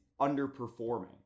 underperforming